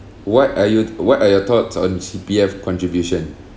what are you what are your thoughts on C_P_F contribution